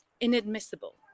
inadmissible